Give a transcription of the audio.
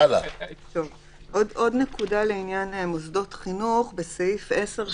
עוד נקודה לעניין מוסדות חינוך: בסעיף 10,